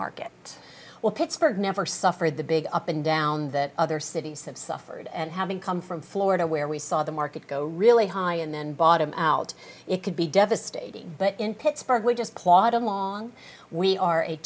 market well pittsburgh never suffered the big up and down the other cities have suffered and having come from florida where we saw the market go really high and then bottom out it could be devastating but in pittsburgh we just clawed along we are a